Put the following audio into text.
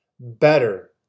better